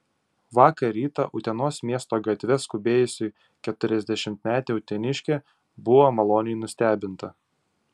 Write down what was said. vakar rytą utenos miesto gatve skubėjusi keturiasdešimtmetė uteniškė buvo maloniai nustebinta